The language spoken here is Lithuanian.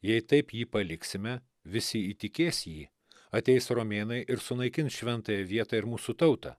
jei taip jį paliksime visi įtikės jį ateis romėnai ir sunaikins šventąją vietą ir mūsų tautą